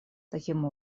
таким